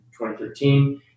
2013